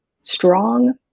strong